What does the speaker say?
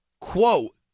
Quote